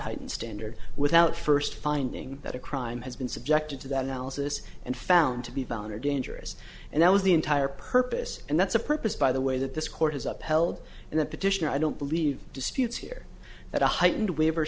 heightened standard without first finding that a crime has been subjected to that analysis and found to be valid or dangerous and that was the entire purpose and that's a purpose by the way that this court has upheld and the petitioner i don't believe disputes here that a heightened waiver